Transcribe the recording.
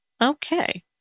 Okay